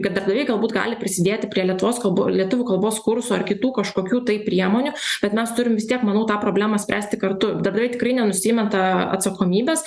kad darbdaviai galbūt gali prisidėti prie lietuvos kalbų lietuvių kalbos kursų ar kitų kažkokių tai priemonių bet mes turim vis tiek manau tą problemą spręsti kartu darbdaviai tikrai nenusimeta atsakomybės